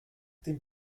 dem